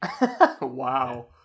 wow